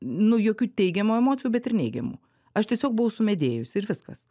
nu jokių teigiamų emocijų bet ir neigiamų aš tiesiog buvau sumedėjus ir viskas